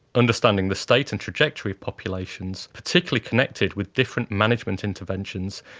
understanding the state and trajectory of populations, particularly connected with different management interventions,